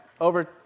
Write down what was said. over